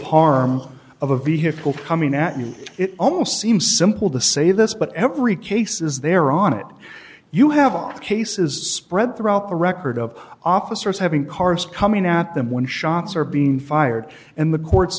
harm of a vehicle coming at you it almost seems simple to say this but every case is there on it you have a case is spread throughout the record of officers having cars coming at them when shots are being fired and the court